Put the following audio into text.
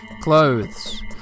Clothes